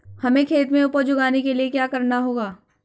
हमें खेत में उपज उगाने के लिये क्या करना होगा?